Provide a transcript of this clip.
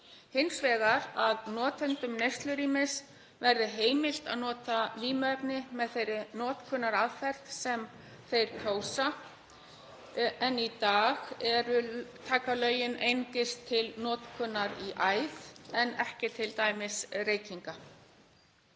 Hins vegar að notendum neyslurýmis verði heimilt að nota vímuefni með þeirri notkunaraðferð sem þeir kjósa, en í dag taka lögin einungis til notkunar í æð en ekki t.d. reykinga.